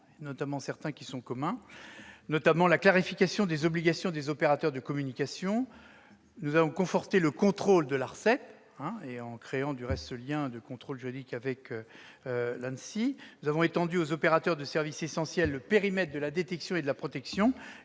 nos deux commissions- je pense, par exemple, à la clarification des obligations des opérateurs de communication. Nous avons conforté le contrôle de l'ARCEP en créant un lien de contrôle juridique avec l'ANSSI. Nous avons étendu aux opérateurs de services essentiels le périmètre de la détection et de la protection.